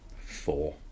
four